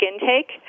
intake